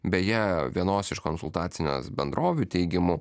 beje vienos iš konsultacinės bendrovių teigimu